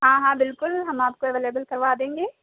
ہاں ہاں بالکل ہم آپ کو اویلیبل کروا دیں گے